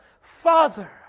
Father